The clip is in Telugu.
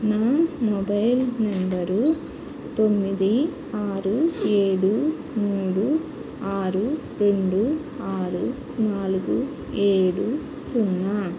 నా మొబైల్ నెంబరు తొమ్మిది ఆరు ఏడు మూడు ఆరు రెండు ఆరు నాలుగు ఏడు సున్నా